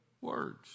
words